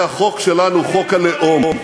והחוק שלנו, חוק הלאום.